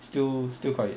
still still quite